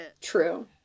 True